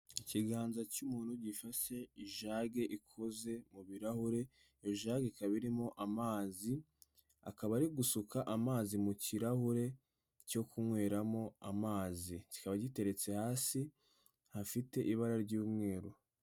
Ikiganza cy'umuntu gifashe ijage ikozeze mu birarahure, iyo jage, ikaba irimo amazi, akaba ari gusuka amazi mu kirahure cyo kunyweramo amazi, kikaba giteretse hasi hafite ibara ry'umweru.